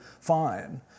Fine